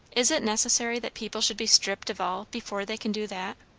is it necessary that people should be stripped of all before they can do that?